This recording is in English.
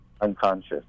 Unconscious